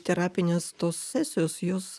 terapinės tos sesijos jos